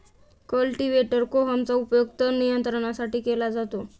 cultivator कोहमचा उपयोग तण नियंत्रणासाठी केला जातो